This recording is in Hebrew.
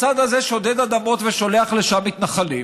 הצד הזה שודד אדמות ושולח לשם מתנחלים,